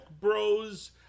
bros